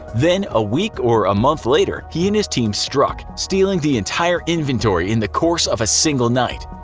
then, a week or a month later, he and his team struck, stealing the entire inventory in the course of a single night.